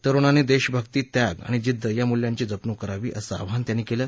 तरुणांनी देशभक्ती त्याग आणि जिद्द या मूल्यांची जपणूक करावी असं आवाहन त्यांनी केलं